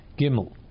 Gimel